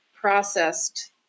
processed